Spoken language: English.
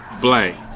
blank